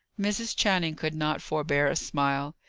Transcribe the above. mrs. channing could not forbear a smile.